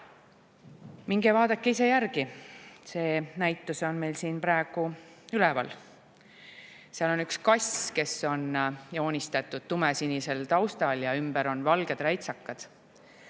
Minge vaadake ise järgi, see näitus on meil siin praegu üleval. Seal on üks kass, kes on joonistatud tumesinisele taustale, ja ümber on valged räitsakad.